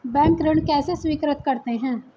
Bank ऋण कैसे स्वीकृत करते हैं?